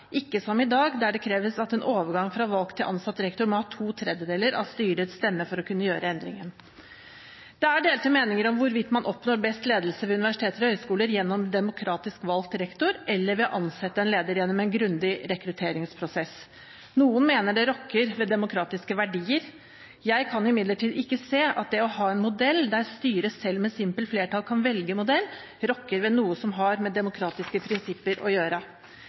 ikke som i dag, der det kreves at en overgang fra valgt til ansatt rektor må ha to tredjedeler av styrets stemmer for å kunne gjøre endringen. Det er delte meninger om hvorvidt man oppnår best ledelse ved universiteter og høyskoler gjennom demokratisk valgt rektor eller ved å ansette en leder gjennom en grundig rekrutteringsprosess. Noen mener endringen som foreslås, rokker ved demokratiske verdier. Jeg kan imidlertid ikke se at det å ha en modell der styret selv med simpelt flertall kan velge modell, rokker ved noe som har med demokratiske prinsipper å gjøre.